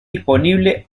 disponible